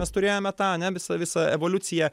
mes turėjome tą ane visą visą evoliuciją